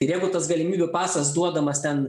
ir jeigu tas galimybių pasas duodamas ten